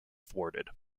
thwarted